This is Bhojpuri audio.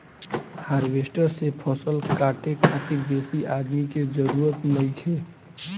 हार्वेस्टर से फसल काटे खातिर बेसी आदमी के जरूरत नइखे